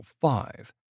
five